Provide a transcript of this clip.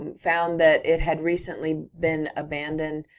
um found that it had recently been abandoned,